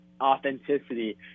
authenticity